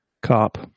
cop